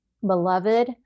Beloved